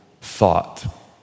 thought